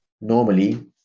normally